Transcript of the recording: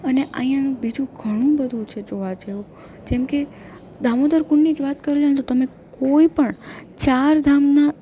અને અહીંયાનું બીજું ઘણું બધું છે જોવા જેવું જેમ કે દામોદરકુંડની જ વાત કરવી હોયને તો તમે કોઈપણ ચાર ધામના